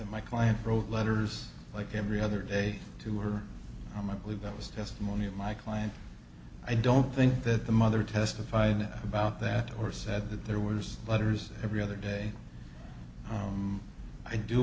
my client wrote letters like every other day to her and i believe that was testimony of my client i don't think that the mother testified about that or said that there were just letters every other day i do